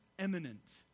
Eminent